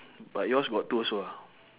but yours got two also ah